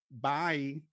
Bye